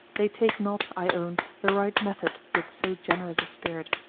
they take not, i own, the right method with so generous a spirit.